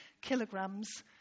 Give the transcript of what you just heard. kilograms